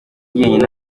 jyenyine